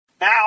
Now